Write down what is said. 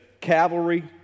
cavalry